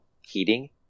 heating